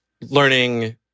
learning